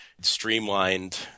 streamlined